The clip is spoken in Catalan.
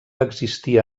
existia